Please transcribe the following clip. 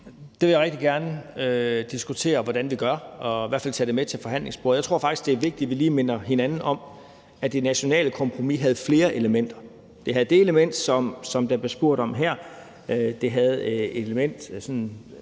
Det vil jeg rigtig gerne diskutere hvordan vi gør og i hvert fald tage det med til forhandlingsbordet. Jeg tror faktisk, det er vigtigt, at vi lige minder hinanden om, at det nationale kompromis havde flere elementer. Det havde det element, som der bliver spurgt om her; det havde et element,